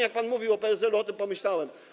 Jak pan mówił o PSL-u, o tym pomyślałem.